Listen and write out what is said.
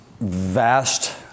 vast